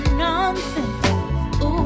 nonsense